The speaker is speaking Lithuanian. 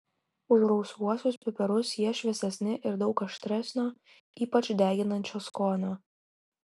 už rausvuosius pipirus jie šviesesni ir daug aštresnio ypač deginančio skonio